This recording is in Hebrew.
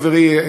חברי,